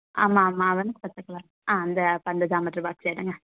ஆமாம் ஆமாம் அவனுக்கும் பச்சை கலர் ஆ அந்த அப்போ அந்த ஜாமெட்ரி பாக்ஸ் எடுங்க